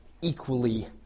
equally